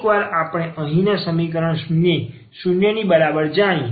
એકવાર આપણે અહીંના સમીકરણ 0 ની બરાબર જાણીએ